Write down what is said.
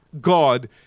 God